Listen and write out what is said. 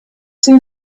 soon